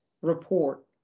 report